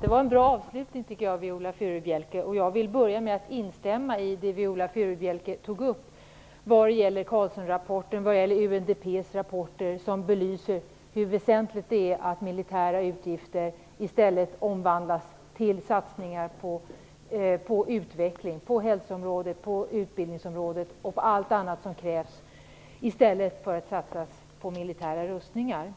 Herr talman! Jag tycker att Viola Furubjelkes avslutning var bra. Jag vill börja med att instämma i det som Viola Furubjelke tog upp om Carlssonrapporten och UNDP:s rapporter, som belyser hur väsentligt det är att militära utgifter omvandlas till satsningar på utveckling på hälsoområdet och på utbildningsområdet liksom på allt annat som krävs i stället för satsningar på militära rustningar.